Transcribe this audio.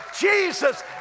Jesus